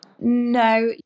No